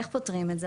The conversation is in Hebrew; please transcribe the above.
איך פותרים את זה?